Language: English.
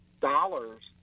dollars